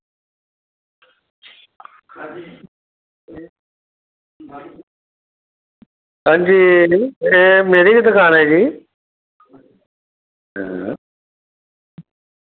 हां जी एह् मेरी गै दकान ऐ जी हां